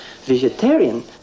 vegetarian